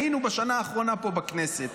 היינו בשנה האחרונה פה בכנסת.